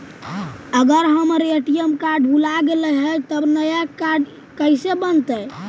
अगर हमर ATM card भुला गैलै हे तब नया काड कइसे बनतै?